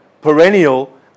perennial